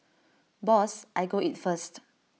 boss I go eat first